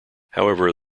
however